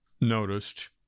noticed